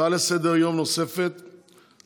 הצעות דחופות לסדר-היום שמספרן 53 ו-60,